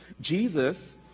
Jesus